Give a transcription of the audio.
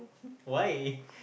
why